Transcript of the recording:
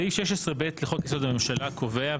סעיף 16ב לחוק יסוד הממשלה קובע,